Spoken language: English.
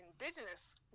indigenous